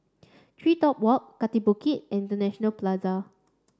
TreeTop Walk Kaki Bukit International Plaza